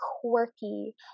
quirky